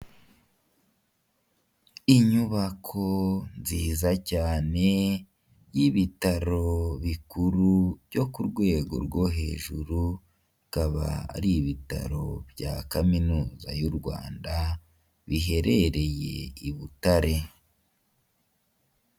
Inyubako nziza cyane y'ibitaro bikuru byo ku rwego rwo hejuru, bikaba ari ibitaro bya kaminuza y'u Rwanda biherereye i Butare.